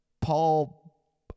Paul